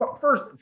first